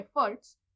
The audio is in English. efforts